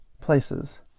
places